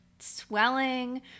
swelling